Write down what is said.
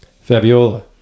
Fabiola